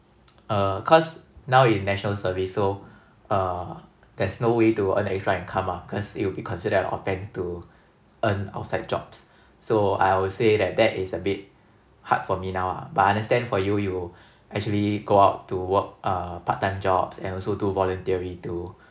uh cause now in national service so uh there's no way to earn extra income ah cause it will be considered an offence to earn outside jobs so I will say that that is a bit hard for me now ah but I understand for you you actually go out to work uh part time jobs and also do volunteering too